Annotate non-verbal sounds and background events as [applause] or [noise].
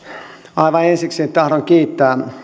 aivan ensiksi tahdon kiittää [unintelligible]